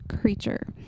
creature